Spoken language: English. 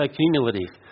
cumulative